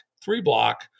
three-block